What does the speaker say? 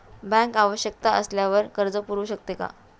Bank आवश्यकता असल्यावर कर्ज पुरवू शकते का?